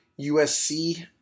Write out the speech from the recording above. USC